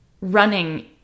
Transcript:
Running